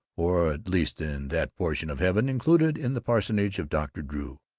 or at least in that portion of heaven included in the parsonage of dr. drew,